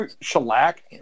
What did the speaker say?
shellac